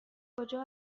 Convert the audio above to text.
کجا